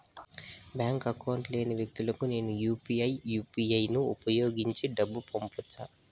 Bank account లేని వ్యక్తులకు నేను యు పి ఐ యు.పి.ఐ ను ఉపయోగించి డబ్బు పంపొచ్చా?